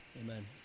Amen